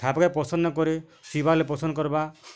ଖାବାକେ ପସନ୍ଦ ନ କରେ ପିଇବା ହେଲେ ପସନ୍ଦ କର୍ବା